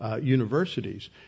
universities